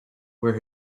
where